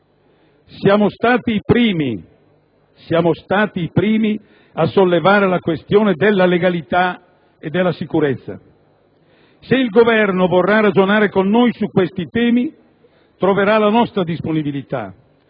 Siamo stati i primi a sollevare la questione della legalità e della sicurezza. Se il Governo vorrà ragionare con noi su questi temi, troverà la nostra disponibilità